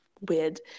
weird